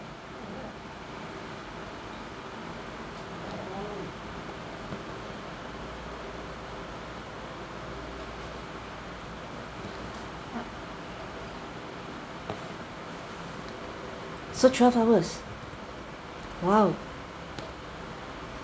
so twelve hours !wow!